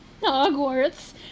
Hogwarts